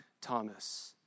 Thomas